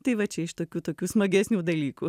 tai va čia iš tokių tokių smagesnių dalykų